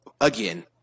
again